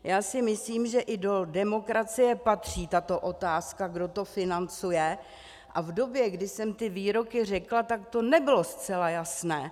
Já si myslím, že i do demokracie patří tato otázka, kdo to financuje, a v době, kdy jsem ty výroky řekla, to nebylo zcela jasné.